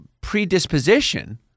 predisposition